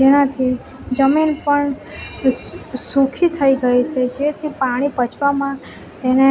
જેનાથી જમીન પણ સુકી થઈ ગઈ છે જેથી પાણી પચવામાં એને